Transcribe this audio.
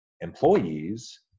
employees